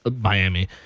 Miami